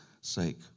sake